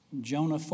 Jonah